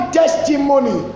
testimony